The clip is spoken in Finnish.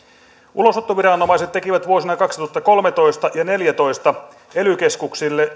ulosottoviranomaiset tekivät vuosina kaksituhattakolmetoista ja kaksituhattaneljätoista ely keskuksille